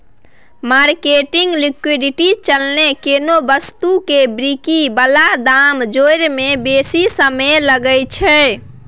marketing liquidity चलते कोनो वस्तु के बिक्री बला दाम जोड़य में बेशी समय लागइ छइ